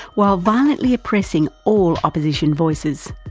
while violently oppressing all opposition voices.